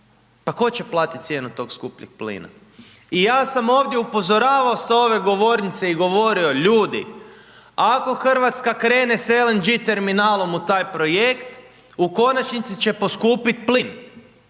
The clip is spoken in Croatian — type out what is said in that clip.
Pa tko će platiti cijenu tog skupljeg plina? I ja sam ovdje upozoravao sa ove govornice i govorio ljudi, ako Hrvatska krene sa LNG terminalnom u taj projekt u konačnici će poskupiti plin.